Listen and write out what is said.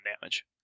damage